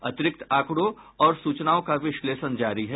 अतिरिक्त आंकड़ों और सूचनाओं का विश्लेषण जारी है